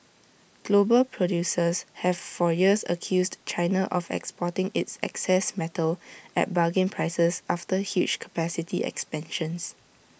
global producers have for years accused China of exporting its excess metal at bargain prices after huge capacity expansions